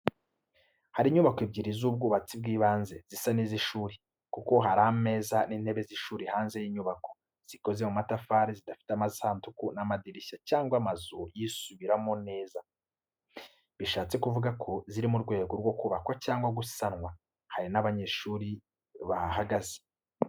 Hari inyubako ebyiri z’ubwubatsi bw’ibanze, zisa n’iz’ishuri, kuko hari ameza n’intebe z’ishuri hanze. bInyubako zikoze mu matafari zidafite amasanduku y’amadirishya cyangwa amazu yisubiramo neza, bishatse kuvuga ko ziri mu rwego rwo kubakwa cyangwa gusana. Hari n'abanyeshuri bahahagaze.